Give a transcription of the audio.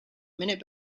minute